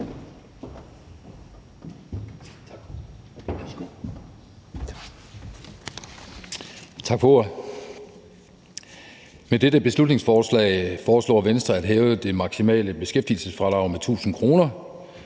Tak for ordet. Med dette beslutningsforslag foreslår Venstre at hæve det maksimale beskæftigelsesfradrag med 1.000 kr.